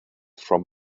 from